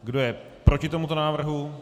Kdo je proti tomuto návrhu?